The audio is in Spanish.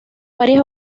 varias